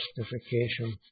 justification